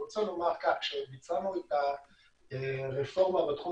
אני רוצה לומר שכשביצענו את הרפורמה בתחום